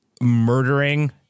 murdering